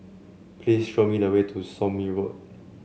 please show me the way to Somme Road